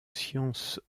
science